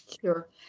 Sure